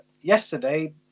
yesterday